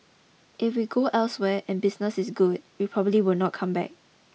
if we go elsewhere and business is good we probably will not come back